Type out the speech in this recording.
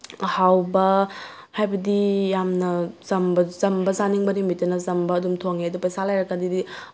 ꯍꯥꯎꯕ ꯍꯥꯏꯕꯗꯤ ꯌꯥꯝꯅ ꯆꯝꯕ ꯆꯝꯕ ꯆꯥꯅꯤꯡꯕ ꯅꯨꯃꯤꯠꯇꯅ ꯆꯝꯕ ꯑꯗꯨꯝ ꯊꯣꯡꯉꯦ ꯑꯗꯨ ꯄꯩꯁꯥ ꯂꯩꯔꯒꯗꯤ